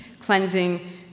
cleansing